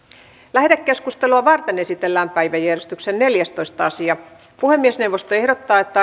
lähetekeskustelua varten esitellään päiväjärjestyksen neljästoista asia puhemiesneuvosto ehdottaa että